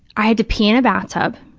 i had to pee in a bathtub